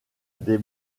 des